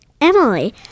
Emily